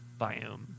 biome